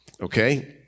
Okay